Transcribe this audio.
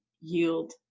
yield